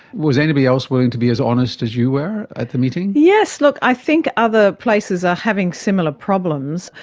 was anybody else willing to be as honest as you were at the meeting? yes, look, i think other places are having similar problems.